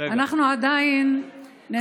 אנחנו עדיין נמצאים,